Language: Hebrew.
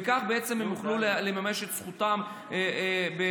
וכך הם יוכלו לממש את זכותם בשדה.